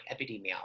epidemiology